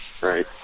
Right